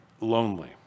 lonely